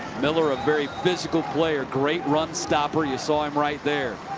miller. a very physical player. great run stopper. you saw him right there.